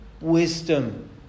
wisdom